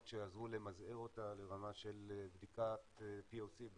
שעזרו למזער אותה לרמה של בדיקת POC,